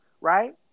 right